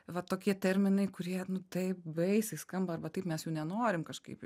va tokie terminai kurie nu taip baisiai skamba arba taip mes jų nenorim kažkaip